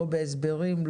לא בהסברים,